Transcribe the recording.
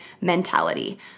mentality